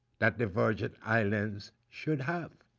that the virgin islands should have.